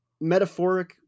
Metaphoric